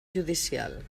judicial